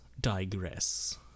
digress